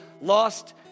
lost